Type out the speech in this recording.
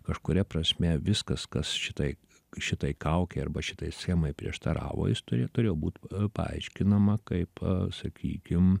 kažkuria prasme viskas kas šitai šitai kaukei arba šitai schemai prieštaravo jis turi turėjo būt paaiškinama kaip sakykim